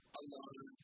alone